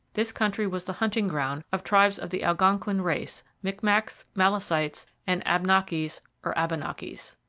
this country was the hunting ground of tribes of the algonquin race micmacs, malecites, and abnakis or abenakis.